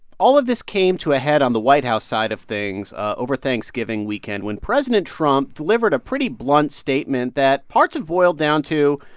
all of this came to a head on the white house side of things over thanksgiving weekend, when president trump delivered a pretty blunt statement that parts of boiled down to,